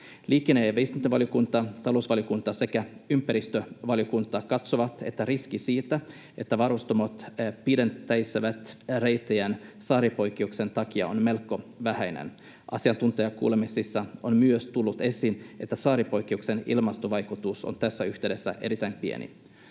Liikenne- ja viestintävaliokunta, talousvaliokunta sekä ympäristövaliokunta katsovat, että riski siitä, että varustamot pidentäisivät reittejään saaripoikkeuksen takia, on melko vähäinen. Asiantuntijakuulemisissa on myös tullut esiin, että saaripoikkeuksen ilmastovaikutus on tässä yhteydessä erittäin pieni.